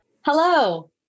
Hello